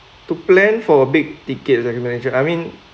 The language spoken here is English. to plan for a big ticket I imagine I mean